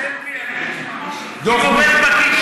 אין דבר כזה.